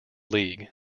league